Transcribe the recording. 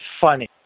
funny